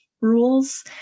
rules